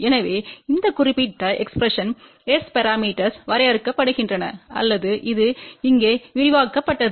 எனவே இந்த குறிப்பிட்ட எக்ஸ்பிரஸன்டால் S பரமீட்டர்ஸ் வரையறுக்கப்படுகின்றன அல்லது இது இங்கே விரிவாக்கப்பட்டது